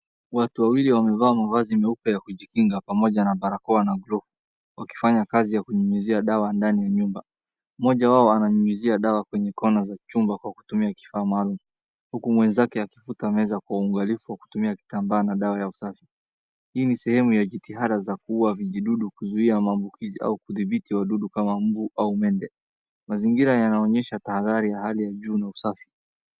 Watu wawili wamevaa mavazi meupe ya kujikinga pamoja na barakoa na glovu, wakifanya kazi ya kunyunyuzia dawa ndani ya nyumba. Mmoja wao ananyunyuzia ndawa kwenye kona za chumba kwa kutumia kifaa maalum. Huku mwenzake akifuta meza kwa uangalifu kwa kutumia kitambaa na dawa ya usafi. Hii ni sehemu ya jitihada za kuua vijidudu kuzuia maambukizaji au kudhibiti wadudu kama umbu au mende. Mazingira yanaonyesha tahadhari ya hali ya juu na usafi.